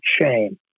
shame